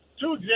two